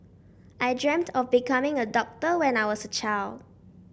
I dreamt of becoming a doctor when I was a child